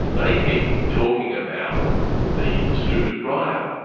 they keep talking about the stupid rider.